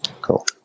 Cool